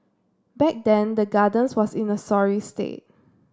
back then the Gardens was in a sorry state